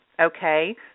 okay